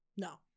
No